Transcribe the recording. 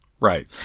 Right